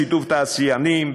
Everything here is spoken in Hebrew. בשיתוף תעשיינים,